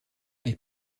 est